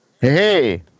hey